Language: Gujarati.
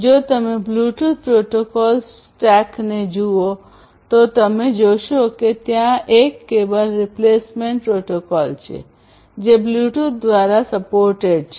જો તમે બ્લૂટૂથ પ્રોટોકોલ સ્ટેકને જુઓ તો તમે જોશો કે ત્યાં એક કેબલ રિપ્લેસમેન્ટ પ્રોટોકોલ છે જે બ્લૂટૂથ દ્વારા સપોર્ટેડ છે